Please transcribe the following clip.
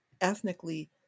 ethnically